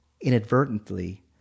inadvertently